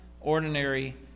ordinary